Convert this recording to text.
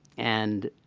and